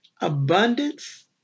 Abundance